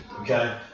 Okay